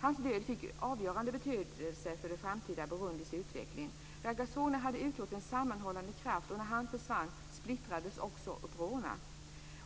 Hans död fick avgörande betydelse för det framtida Burundis utveckling. Rwagasone hade utgjort en sammanhållande kraft, och när han försvann splittrades också Unprona.